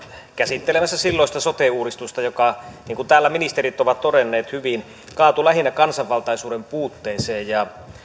käsittelemässä silloista sote uudistusta joka niin kuin täällä ministerit ovat todenneet hyvin kaatui lähinnä kansanvaltaisuuden puutteeseen